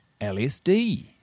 LSD